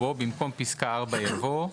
ובו במקום פסקה (4) יבוא: